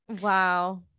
wow